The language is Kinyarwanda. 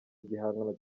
igihangano